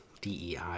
DEI